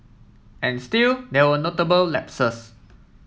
and still there were notable lapses